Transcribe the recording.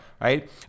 right